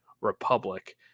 Republic